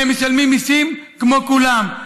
הם משלמים מיסים כמו כולם,